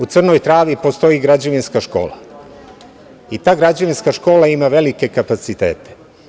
U Crnoj Travi postoji Građevinska škola i ta Građevinska škola ima velike kapacitete.